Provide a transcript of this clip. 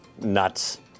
nuts